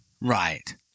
Right